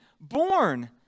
born